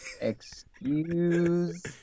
Excuse